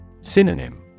Synonym